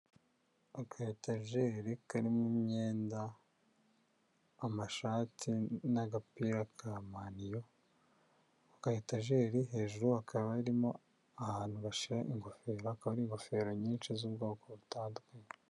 Aka etajeri karimo imyenda, amashati n'agapira ka maniyu, ku ka etajeri hejuru hakaba harimo ahantu bashyira ingofero hakaba hari ingofero nyinshi z'ubwoko butandukanye.